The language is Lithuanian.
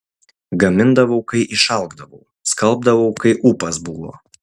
gamindavau kai išalkdavau skalbdavau kai ūpas buvo